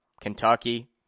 Kentucky